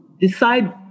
decide